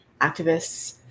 activists